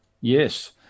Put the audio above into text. Yes